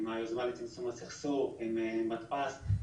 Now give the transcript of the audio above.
עם היוזמה לצמצום הסכסוך ועם מתפ"ש,